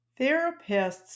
therapists